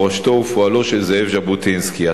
מורשתו ופועלו של זאב ז'בוטינסקי.